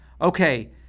Okay